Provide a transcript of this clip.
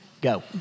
Go